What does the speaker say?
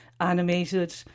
animated